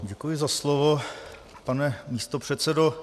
Děkuji za slovo, pane místopředsedo.